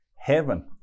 heaven